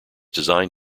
design